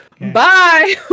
Bye